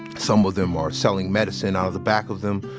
some of them are selling medicine out of the back of them.